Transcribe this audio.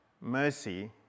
mercy